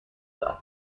داد